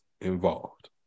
involved